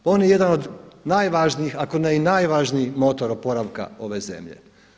Pa on je jedan od najvažnijih, ako ne i najvažniji motor oporavka ove zemlje.